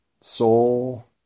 Soul